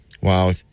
Wow